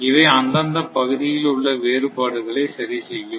இவை அந்தந்த பகுதியில் உள்ள வேறுபாடுகளை சரி செய்யும்